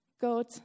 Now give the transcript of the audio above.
God